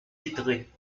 vitrée